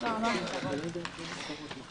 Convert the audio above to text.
על כל התנהלות הממשלה אפשר להגיד רק דבר אחד: